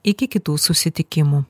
iki kitų susitikimų